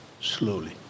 slowly